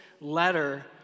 letter